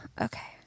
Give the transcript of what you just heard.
Okay